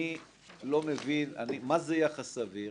אני לא מבין מה זה "יחס סביר".